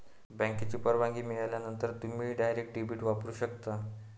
बँकेची परवानगी मिळाल्यानंतरच तुम्ही डायरेक्ट डेबिट वापरू शकता